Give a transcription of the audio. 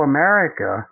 America